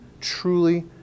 truly